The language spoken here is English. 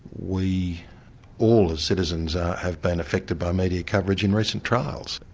we all as citizens have been affected by media coverage in recent trials.